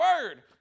word